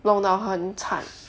弄到很惨